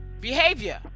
behavior